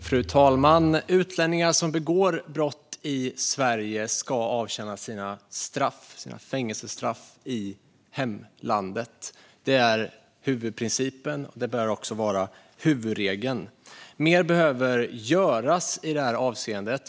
Fru talman! Utlänningar som begår brott i Sverige ska avtjäna sina fängelsestraff i hemlandet. Det är huvudprincipen, och det bör också vara huvudregeln. Mer behöver göras i det avseendet.